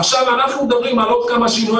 עכשיו אנחנו מדברים על עוד כמה שינוי